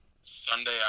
Sunday